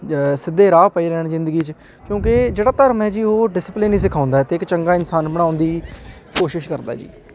ਸਿੱਧੇ ਰਾਹ ਪਏ ਰਹਿਣ ਜ਼ਿੰਦਗੀ 'ਚ ਕਿਉਂਕਿ ਜਿਹੜਾ ਧਰਮ ਹੈ ਜੀ ਉਹ ਡਿਸਿਪਲਿਨ ਹੀ ਸਿਖਾਉਂਦਾ ਅਤੇ ਇੱਕ ਚੰਗਾ ਇਨਸਾਨ ਬਣਾਉਣ ਦੀ ਕੋਸ਼ਿਸ਼ ਕਰਦਾ ਜੀ